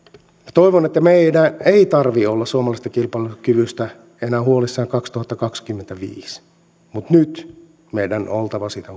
toivon että meidän ei tarvitse olla suomalaisesta kilpailukyvystä enää huolissamme vuonna kaksituhattakaksikymmentäviisi mutta nyt meidän on oltava siitä